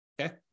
Okay